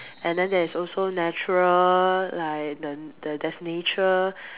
and then there's also natural like the there's nature